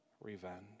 revenge